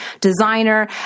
designer